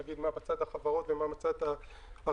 נגיד מה מצד החברות ומה מצד הרגולציה.